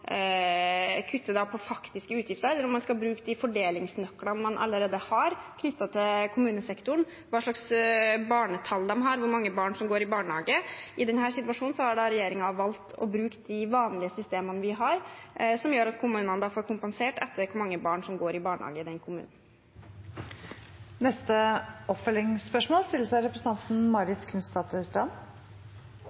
faktiske utgifter, eller om man skal bruke fordelingsnøklene man allerede har, knyttet til kommunesektoren – hva slags barnetall de har, hvor mange barn som går i barnehage. I denne situasjonen har regjeringen valgt å bruke de vanlige systemene vi har, som gjør at kommunene får kompensert etter hvor mange barn som går i barnehage i den kommunen. Marit Knutsdatter Strand – til oppfølgingsspørsmål.